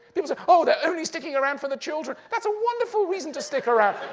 people say, oh, they are only sticking around for the children. that's a wonderful reason to stick around.